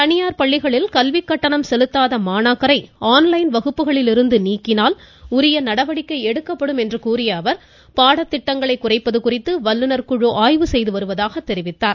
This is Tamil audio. தனியார் பள்ளிகளில் கல்விக் கட்டணம் செலுத்தாத மாணாக்கரை ஆன் லைன் வகுப்புகளிலிருந்து நீக்கினால் உரிய நடவடிக்கை எடுக்கப்படும் என்று கூறிய அவர் பாடத்திட்டங்களை குறைப்பது குறித்து வல்லுனா் ஆய்வு மேற்கொண்டுள்ளதாக தெரிவித்தார்